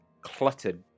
cluttered